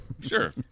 Sure